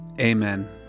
amen